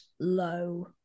low